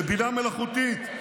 לבינה מלאכותית.